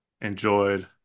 enjoyed